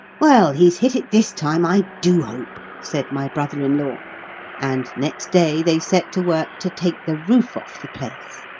well, he's hit it this time, i do hope, said my brother-in-law and next day they set to work to take the roof off the place.